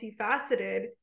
multifaceted